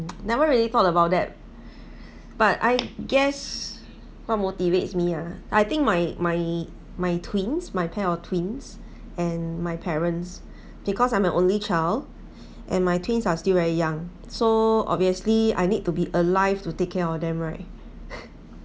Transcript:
never really thought about that but I guess what motivates me ah I think my my my twins my pair of twins and my parents because I'm a only child and my twins are still very young so obviously I need to be alive to take care of them right